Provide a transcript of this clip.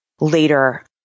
later